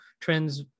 trends